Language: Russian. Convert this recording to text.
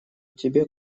тебе